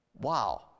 Wow